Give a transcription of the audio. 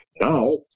now